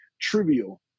trivial